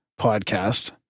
podcast